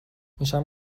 میشم